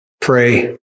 Pray